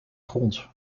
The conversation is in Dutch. grond